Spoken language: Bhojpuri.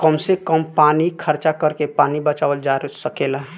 कम से कम पानी खर्चा करके पानी बचावल जा सकेला